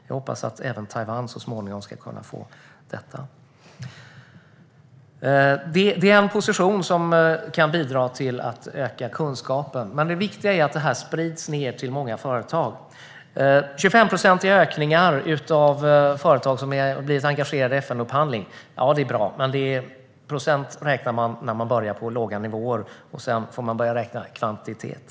Jag hoppas att även Taiwan så småningom ska få denna status. En sådan position kan bidra till att öka kunskapen. Det viktiga är att kunskapen sprids ned till många företag. Det är bra att det har blivit en 25procentig ökning av antalet företag som har blivit engagerade i FN-upphandling, men procent räknar man när man börjar på låga nivåer. Sedan får man börja räkna kvantitet.